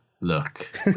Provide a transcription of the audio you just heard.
Look